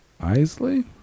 Isley